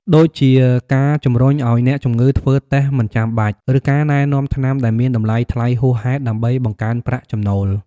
ដូចជាការជំរុញឱ្យអ្នកជំងឺធ្វើតេស្តមិនចាំបាច់ ឬការណែនាំថ្នាំដែលមានតម្លៃថ្លៃហួសហេតុ ដើម្បីបង្កើនប្រាក់ចំណូល។